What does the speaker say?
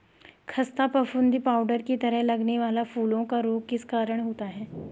खस्ता फफूंदी पाउडर की तरह लगने वाला फूलों का रोग किस कारण होता है?